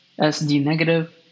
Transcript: SD-negative